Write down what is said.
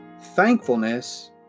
thankfulness